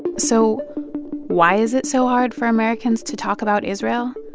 so why is it so hard for americans to talk about israel?